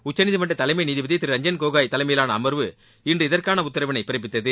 உச்சநீதிமன்ற தலைமை நீதிபதி திரு ரஞ்சன் கோகோய் தலைமையிலான அமர்வு இன்று இதற்கான உத்தரவினை பிறப்பித்தது